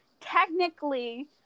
technically